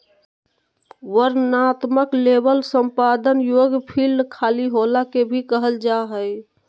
वर्णनात्मक लेबल संपादन योग्य फ़ील्ड खाली होला के भी कहल जा हइ